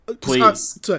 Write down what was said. Please